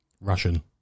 Russian